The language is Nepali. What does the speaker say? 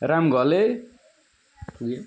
राम घले